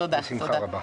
בשמחה רבה.